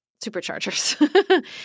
superchargers